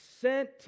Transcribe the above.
sent